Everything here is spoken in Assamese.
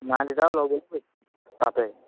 মা দেউতায়েও ল বুলি কৈছে তাতে